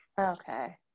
okay